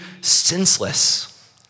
senseless